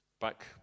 Back